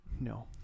No